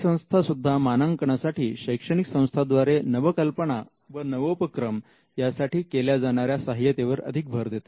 ही संस्था सुद्धा मानांकनासाठी शैक्षणिक संस्था द्वारे नवकल्पना व नवोपक्रम यासाठी केल्या जाणाऱ्या सहाय्यतेवर अधिक भर देते